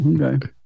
Okay